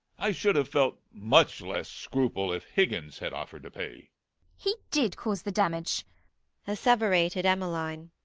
i should have felt much less scruple if higgins had offered to pay he did cause the damage asseverated emmeline.